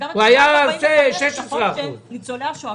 הוא היה נותן 16%. ניצולי השואה,